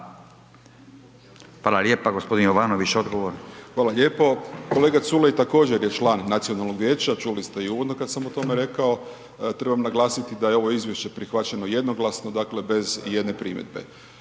Hvala lijepa. Gospodin Jovanović odgovor. **Jovanović, Željko (SDP)** Hvala lijepo, kolega Culej također je član nacionalnog vijeća čuli ste i uvodno kad sam o tome rekao, trebam naglasiti da je ovo izvješće prihvaćeno jednoglasno, dakle bez ijedne primjedbe.